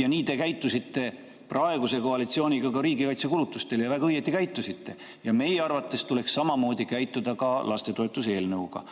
Nii te käitusite praeguse koalitsiooniga ka riigikaitsekulutuste puhul, ja väga õigesti käitusite. Aga meie arvates tuleks samamoodi käituda lastetoetuse eelnõuga.